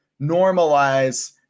normalize